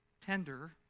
tender